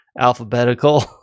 alphabetical